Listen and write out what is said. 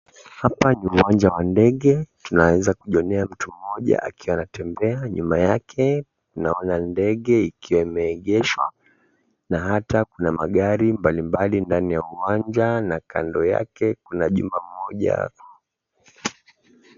Hapa ni uwanja wa ndege, tunaeza kujionea mtu mmoja anatembea nyuma yake naona ndege ikiwa imeengeshwa na hata kuna magari mbalimbali ndani ya uwanja na kando yake kuna jumba moja.